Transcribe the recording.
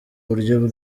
buryo